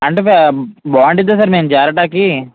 అంటే బాగుండిద్దా సార్ నేను చేరడానికి